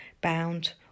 bound